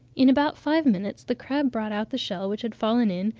in about five minutes the crab brought out the shell which had fallen in,